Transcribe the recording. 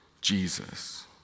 Jesus